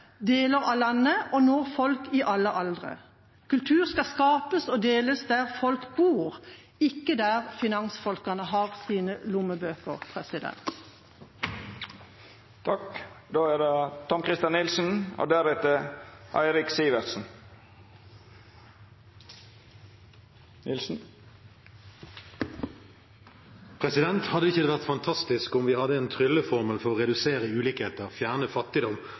deler av landet og når folk i alle aldre. Kultur skal skapes og deles der folk bor, ikke der finansfolka har sine lommebøker. Hadde det ikke vært fantastisk om vi hadde en trylleformel for å redusere ulikheter, fjerne fattigdom